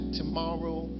tomorrow